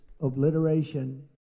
obliteration